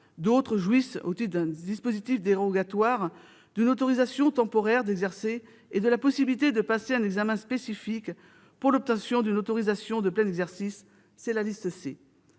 d'autres jouissent, au titre d'un dispositif dérogatoire, d'une autorisation temporaire d'exercer et de la possibilité de passer un examen spécifique pour l'obtention d'une autorisation de plein exercice- c'est la liste C.